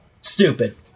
stupid